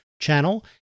channel